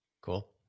Cool